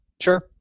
Sure